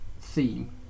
theme